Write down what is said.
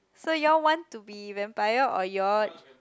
so you all want to be vampire or you all